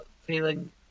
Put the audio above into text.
feeling